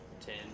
Ten